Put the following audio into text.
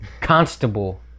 Constable